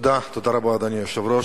אדוני היושב-ראש,